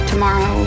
Tomorrow